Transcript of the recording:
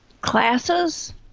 Classes